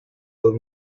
dos